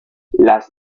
las